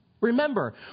Remember